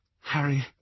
Harry—